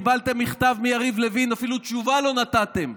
קיבלתם מכתב מיריב לוין ואפילו תשובה לא נתתם.